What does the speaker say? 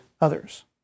others